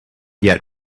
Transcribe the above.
yet